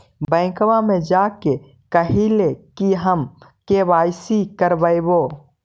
बैंकवा मे जा के कहलिऐ कि हम के.वाई.सी करईवो?